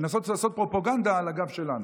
לנסות לעשות פרופגנדה על הגב שלנו.